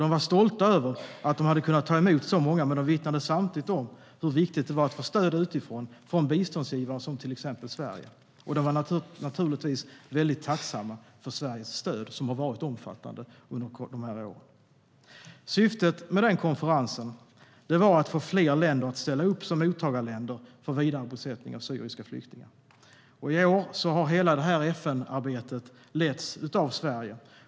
De var stolta över att de har kunnat ta emot så många, men de vittnade samtidigt om hur viktigt det var att få stöd utifrån från biståndsgivare som till exempel Sverige. De var naturligtvis mycket tacksamma för Sveriges stöd, som har varit omfattande under dessa år. Syftet med konferensen var att få fler länder att ställa upp som mottagarländer för vidarebosättning av syriska flyktingar. I år har hela FN-arbetet letts av Sverige.